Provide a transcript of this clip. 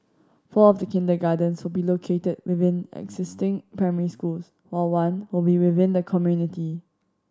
four of the kindergartens will be located within existing primary schools while one will within the community